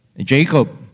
Jacob